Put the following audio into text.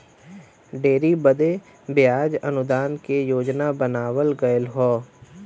dairy बदे बियाज अनुदान के योजना बनावल गएल हौ